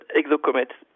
exocomets